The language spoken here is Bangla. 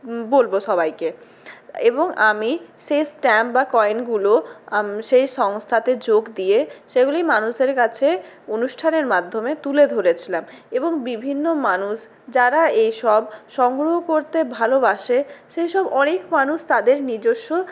বলবো সবাইকে এবং আমি সেই স্ট্যাম্প বা কয়েনগুলো সেই সংস্থাতে যোগ দিয়ে সেগুলি মানুষের কাছে অনুষ্ঠানের মাধ্যমে তুলে ধরেছিলাম এবং বিভিন্ন মানুষ যারা এইসব সংগ্রহ করতে ভালোবাসে সেইসব অনেক মানুষ তাদের নিজস্ব